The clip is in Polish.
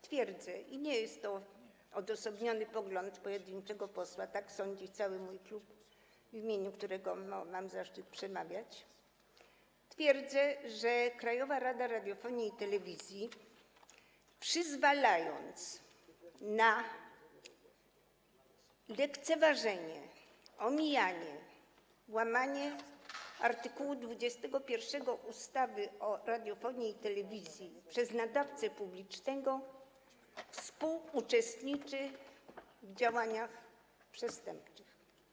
Twierdzę - i nie jest to odosobniony pogląd pojedynczego posła, tak sądzi cały mój klub, w imieniu którego mam zaszczyt przemawiać - że Krajowa Rada Radiofonii i Telewizji, przyzwalając na lekceważenie, omijanie, łamanie art. 21 ustawy o radiofonii i telewizji przez nadawcę publicznego, współuczestniczy w działaniach przestępczych.